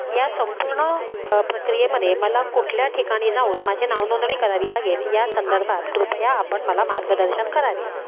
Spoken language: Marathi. या संपूर्ण प्रक्रियेमध्ये मला कुठल्या ठिकाणी जाऊन माझी नावनोंदणी करावी लागेल या संदर्भात कृपया आपण मला मार्गदर्शन करावे